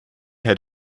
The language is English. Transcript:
had